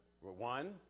One